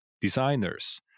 designers